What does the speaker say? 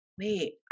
wait